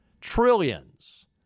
Trillions